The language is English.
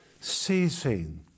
ceasing